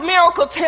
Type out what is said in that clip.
Miracle